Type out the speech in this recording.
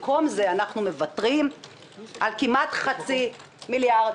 במקום זה אנחנו מוותרים על כמעט חצי מיליארד